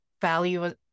value